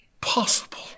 possible